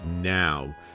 now